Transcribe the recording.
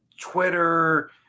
twitter